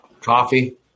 coffee